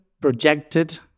projected